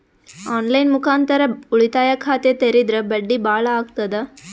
On line ಮುಖಾಂತರ ಉಳಿತಾಯ ಖಾತ ತೇರಿದ್ರ ಬಡ್ಡಿ ಬಹಳ ಅಗತದ?